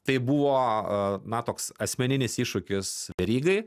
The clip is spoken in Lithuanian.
tai buvo na toks asmeninis iššūkis verygai